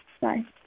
Bye